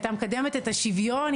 הייתה מקדמת את השוויון,